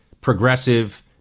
progressive